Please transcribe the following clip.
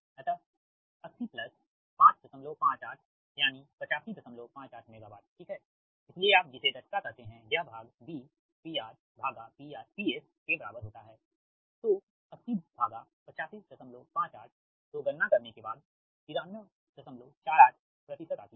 अतः 80 558 यानी 8558 मेगावाट ठीक है इसलिए आप जिसे दक्षता कहते हैंयह भाग PRPSके बराबर होता है तो 808558तो गणना करने के बाद 9348 आती है